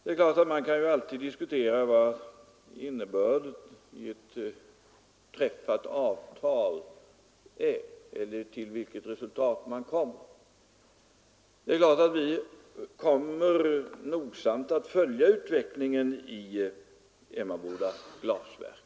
Det är klart att man alltid kan diskutera innebörden i ett träffat avtal och till vilket resultat det har kommit. Vi kommer naturligtvis nogsamt att följa utvecklingen vid Emmaboda glasverk.